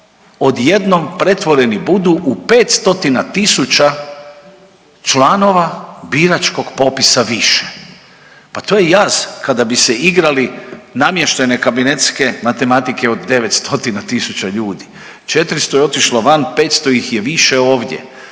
odjednom pretvorni budu u 500.000 članova biračkog popisa više, pa to je jaz kada bi se igrali namještene kabinetske matematike od 900.000 ljudi, 400 je otišlo van 500 ih je više ovdje.